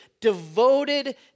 devoted